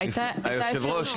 היושב-ראש,